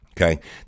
okay